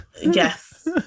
Yes